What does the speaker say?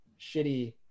shitty